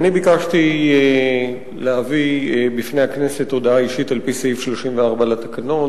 אני ביקשתי להביא בפני הכנסת הודעה אישית על-פי סעיף 34 לתקנון,